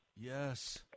Yes